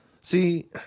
see